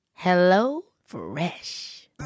HelloFresh